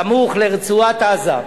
סמוך לרצועת-עזה,